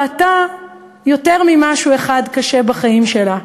שבאמת כבר ראתה יותר ממשהו קשה אחד בחיים שלה,